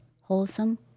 Wholesome